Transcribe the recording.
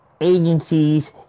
agencies